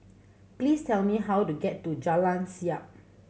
please tell me how to get to Jalan Siap